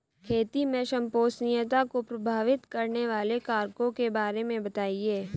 खेती में संपोषणीयता को प्रभावित करने वाले कारकों के बारे में बताइये